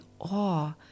awe